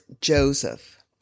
Joseph